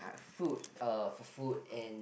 uh food uh for food and